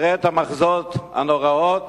ונראה את המחזות הנוראים,